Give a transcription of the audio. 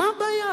מה הבעיה?